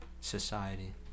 society